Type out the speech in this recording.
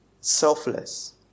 selfless